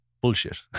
bullshit